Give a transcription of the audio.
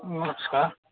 नमस्कार